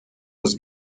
was